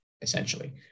essentially